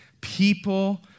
people